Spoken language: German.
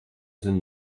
sind